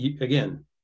again